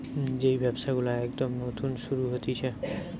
যেই ব্যবসা গুলো একদম নতুন শুরু হতিছে